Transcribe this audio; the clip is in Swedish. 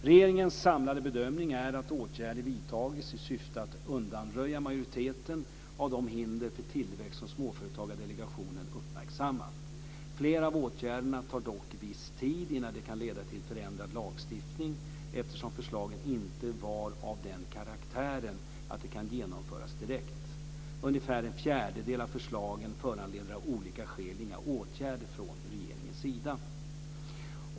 Regeringens samlade bedömning är att åtgärder vidtagits i syfte att undanröja majoriteten av de hinder för tillväxt som Småföretagsdelegationen uppmärksammat. Flera av åtgärderna tar dock viss tid innan de kan leda till förändrad lagstiftning eftersom förslagen inte var av den karaktären att de kan genomföras direkt. Ungefär en fjärdedel av förslagen föranleder av olika skäl inga åtgärder från regeringens sida.